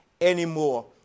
anymore